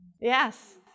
Yes